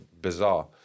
bizarre